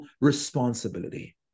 responsibility